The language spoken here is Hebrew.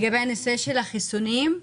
החיסונים,